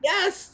Yes